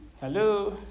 Hello